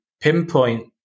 pinpoint